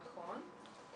נכון.